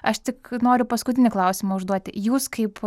aš tik noriu paskutinį klausimą užduoti jūs kaip